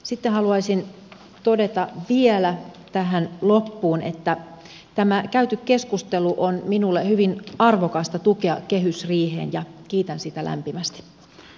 sitten haluaisin todeta vielä tähän loppuun että tämä käyty keskustelu on minulle hyvin arvokasta tukea kehysriiheen ja kiitän siitä lämpimästi